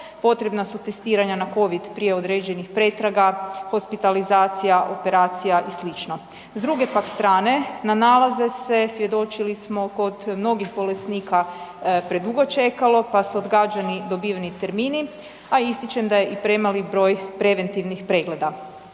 potrebna su testiranja na COVID prije određenih pretraga, hospitalizacija, operacija i slično. S druge pak strane na nalaze se, svjedočili smo kod mnogih bolesnika predugo čekalo pa su odgađani dobiveni termini, a ističem da je i premali broj preventivnih pregleda.